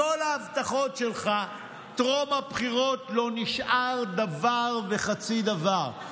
מכל ההבטחות שלך טרום הבחירות לא נשאר דבר וחצי דבר.